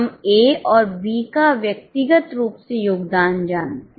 हम ए और बी का व्यक्तिगत रूप से योगदान जानते हैं